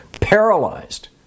paralyzed